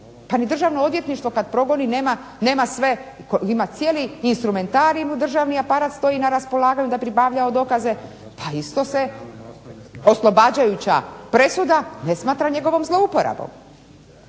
Pa ni Državno odvjetništvo kad progoni nema sve, ima cijeli instrumentarij mu državni aparat stoji na raspolaganju da je pribavljao dokaze. Pa isto se oslobađajuća presuda ne smatra njegovom zlouporabom.